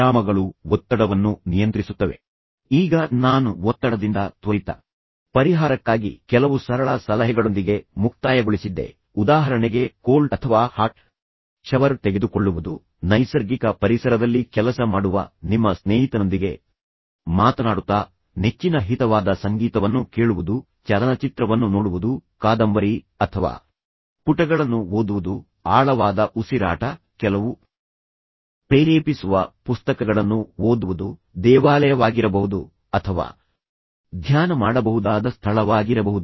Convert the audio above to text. ಪ್ರಯತ್ನಿಸಿ ಅಥವಾ ನಿಮ್ಮ ಮನಸ್ಸಿನಲ್ಲಿ ಒತ್ತಡವನ್ನು ಸಂಗ್ರಹಿಸಲು ಬಿಡುವುದಿಲ್ಲ ಈಗ ನಾನು ಒತ್ತಡದಿಂದ ತ್ವರಿತ ಪರಿಹಾರಕ್ಕಾಗಿ ಕೆಲವು ಸರಳ ಸಲಹೆಗಳೊಂದಿಗೆ ಮುಕ್ತಾಯಗೊಳಿಸಿದ್ದೆ ಉದಾಹರಣೆಗೆ ಕೋಲ್ಡ್ ಅಥವಾ ಹಾಟ್ ಶೇವರ್ ತೆಗೆದುಕೊಳ್ಳುವುದು ನೈಸರ್ಗಿಕ ಪರಿಸರದಲ್ಲಿ ಕೆಲಸ ಮಾಡುವ ನಿಮ್ಮ ಸ್ನೇಹಿತನೊಂದಿಗೆ ಮಾತನಾಡುತ್ತಾ ನೆಚ್ಚಿನ ಹಿತವಾದ ಸಂಗೀತವನ್ನು ಕೇಳುವುದು ನೆಚ್ಚಿನ ಚಲನಚಿತ್ರವನ್ನು ನೋಡುವುದು ಅಥವಾ ನೆಚ್ಚಿನ ಕಾದಂಬರಿ ಅಥವಾ ಪುಟಗಳನ್ನು ಓದುವುದು ಆಳವಾದ ಉಸಿರಾಟ ನಾನು ಕೋರ್ಸ್ನಲ್ಲಿ ಚರ್ಚಿಸುತ್ತಿರುವ ಕೆಲವು ಪ್ರೇರೇಪಿಸುವ ಪುಸ್ತಕಗಳನ್ನು ಓದುವುದು ನಿಮ್ಮ ಸ್ಥಳಕ್ಕೆ ಹೋಗುವಾಗ ಅದು ದೇವಾಲಯವಾಗಿರಬಹುದು ಅಥವಾ ಕೆಲವು ಜನರಿಗಾಗಿ ನೀವು ಧ್ಯಾನ ಮಾಡಬಹುದಾದ ಸ್ಥಳವಾಗಿರಬಹುದು